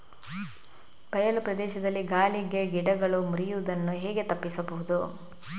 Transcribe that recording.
ಬಯಲು ಪ್ರದೇಶದಲ್ಲಿ ಗಾಳಿಗೆ ಗಿಡಗಳು ಮುರಿಯುದನ್ನು ಹೇಗೆ ತಪ್ಪಿಸಬಹುದು?